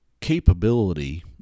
capability